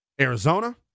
Arizona